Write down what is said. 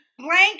Blank